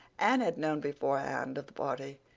anne had known beforehand of the party,